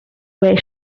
where